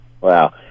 Wow